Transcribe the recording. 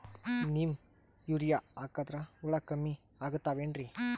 Neem urea ಹಾಕದ್ರ ಹುಳ ಕಮ್ಮಿ ಆಗತಾವೇನರಿ?